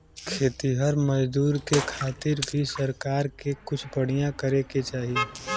खेतिहर मजदूर के खातिर भी सरकार के कुछ बढ़िया करे के चाही